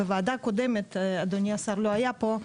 בוועדה הקודמת אדוני השר לא היה פה,